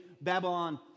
Babylon